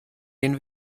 den